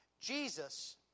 Jesus